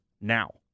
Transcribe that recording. now